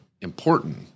important